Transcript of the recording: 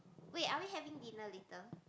wait are we having dinner later